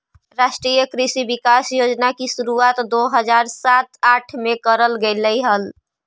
राष्ट्रीय कृषि विकास योजना की शुरुआत दो हज़ार सात आठ में करल गेलइ हल